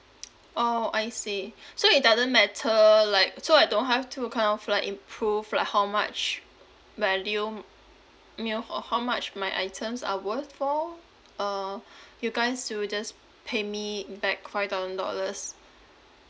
orh I see so it doesn't matter like so I don't have to kind of like in prove like how much value mm you know ho~ how much my items are worth for uh you guys will just pay me back five thousand dollars